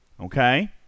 Okay